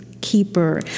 Keeper